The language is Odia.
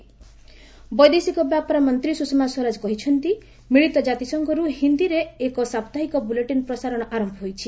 ୟୁଏନ୍ ହିନ୍ଦୀ ବୁଲେଟିନ୍ ବୈଦେଶିକ ବ୍ୟାପାର ମନ୍ତ୍ରୀ ସୁଷମା ସ୍ୱରାଜ କହିଛନ୍ତି ମିଳିତ ଜାତିସଂଘରୁ ହିନ୍ଦୀରେ ଏକ ସାପ୍ତାହିକ ବୁଲେଟିନ୍ ପ୍ରସାରଣ ଆରମ୍ଭ ହୋଇଛି